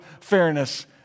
fairness